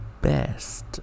best